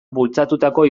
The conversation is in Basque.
bultzatutako